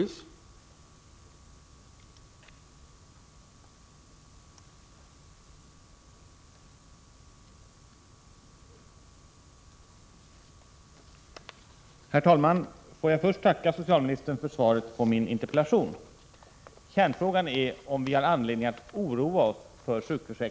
stemets finansiella ställning